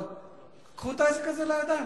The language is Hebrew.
אבל קחו את העסק הזה לידיים.